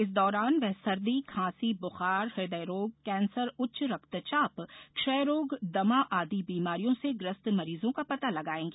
इस दौरान वे सर्दी खांसी बुखार हृदयरोग कैंसर उच्च रक्तचाप क्षयरोग दमा आदि बीमारियों से ग्रस्त मरीजों का पता लगाएगी